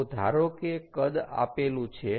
તો ધારો કે કદ આપેલું છે